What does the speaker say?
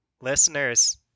listeners